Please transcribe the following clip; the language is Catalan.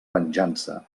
venjança